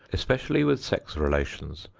especially with sex relations,